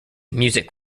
music